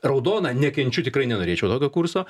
raudona nekenčiu tikrai nenorėčiau tokio kurso